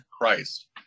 Christ